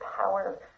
power